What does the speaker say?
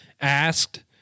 asked